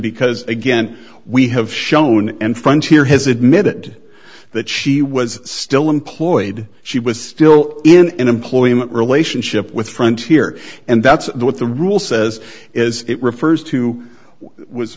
because again we have shown in front here has admitted that she was still employed she was still in employment relationship with frontier and that's what the rule says is it refers to w